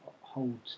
hold